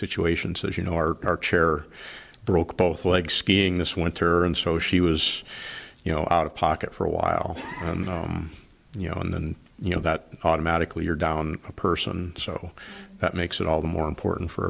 situations as you know our chair broke both legs skiing this winter and so she was you know out of pocket for a while and you know and then you know that automatically you're down a person so that makes it all the more important for